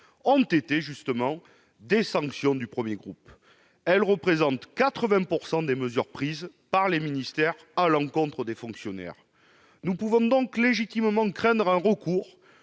ont justement été des sanctions de cette catégorie : elles représentent 80 % des mesures prises par les ministères à l'encontre de fonctionnaires. Nous pouvons donc légitimement craindre un recours